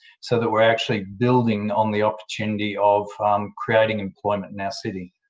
so that we're actually building on the opportunity of creating employment in our city.